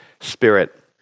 spirit